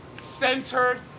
centered